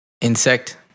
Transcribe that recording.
insect